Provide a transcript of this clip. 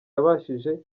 yabashije